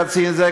קצין זה,